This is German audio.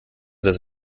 das